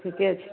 ठिके छै